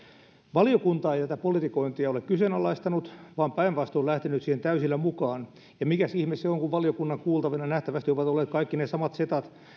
valiokunta ei tätä politikointia ole kyseenalaistanut vaan on päinvastoin lähtenyt siihen täysillä mukaan ja mikäs ihme se on kun valiokunnan kuultavina nähtävästi ovat olleet kaikki ne samat setat